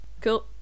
cool